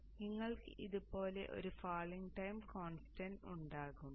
അതിനാൽ നിങ്ങൾക്ക് ഇതുപോലെ ഒരു ഫാളിംഗ് ടൈം കോൺസ്റ്റന്റ് ഉണ്ടാകും